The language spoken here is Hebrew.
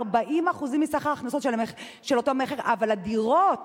40% מסך ההכנסות של אותו מכר אבל הדירות